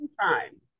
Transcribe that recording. time